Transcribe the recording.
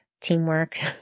teamwork